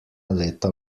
leta